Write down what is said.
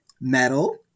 metal